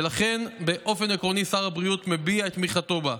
ולכן באופן עקרוני שר הבריאות מביע את תמיכתו בה.